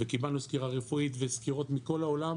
וקיבלנו סקירה רפואית וסקירות מכל העולם.